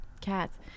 Cats